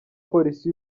polisi